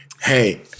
hey